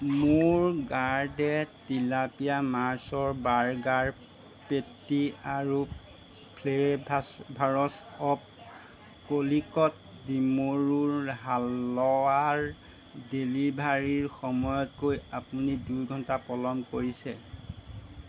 মোৰ গাৰডে টিলাপিয়া মাৰ্চৰ বাৰ্গাৰ পেটি আৰু ফ্লেভাৰ্ছ ভাৰছ অৱ কলিকট ডিমৰুৰ হালোৱাৰ ডেলিভাৰীৰ সময়তকৈ আপুনি দুই ঘণ্টা পলম কৰিছে